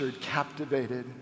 captivated